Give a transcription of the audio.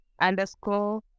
underscore